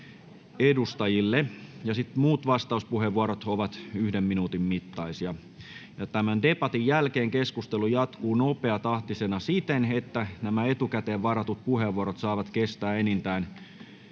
edustajille. Muut vastauspuheenvuorot ovat yhden minuutin mittaisia. Tämän debatin jälkeen keskustelu jatkuu nopeatahtisena siten, että etukäteen varatut puheenvuorot saavat kestää enintään